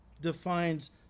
defines